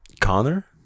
Connor